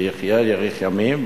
שיחיה ויאריך ימים.